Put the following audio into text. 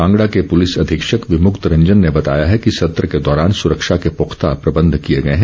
कांगड़ा के पूलिस अधीक्षक विमुक्त रंजन ने बताया है कि सत्र के दौरान सुरक्षा के पूख्ता प्रबंध किए गए हैं